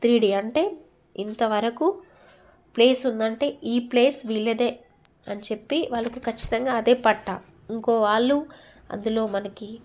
three D అంటే ఇంతవరకు place ఉంది అంటే ఈ ప్లేస్ వీళ్ళదే అని చెప్పి వాళ్ళకి ఖచ్చితంగా అదే పట్టా ఇంకోక వాళ్ళు అందులో మనకి